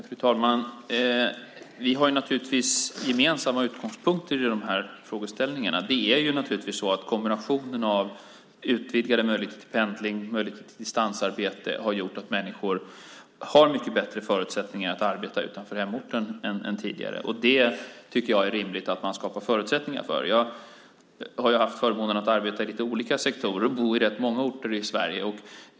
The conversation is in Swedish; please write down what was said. Fru talman! Vi har naturligtvis gemensamma utgångspunkter i de här frågeställningarna. Givetvis är det så att kombinationen av utvidgade möjligheter till pendling och möjligheter till distansarbete har gjort att människor nu har mycket bättre förutsättningar att arbeta utanför hemorten än tidigare. Det tycker jag att det är rimligt att man skapar förutsättningar för. Själv har jag haft förmånen att arbeta i lite olika sektorer och att bo på rätt många orter i Sverige.